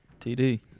TD